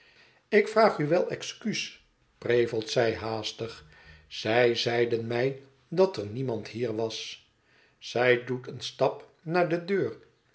ik vraag u wel excuus prevelt zij haastig zij zeiden mij dat er niemand hier was zij doet een stap naar de deur